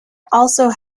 also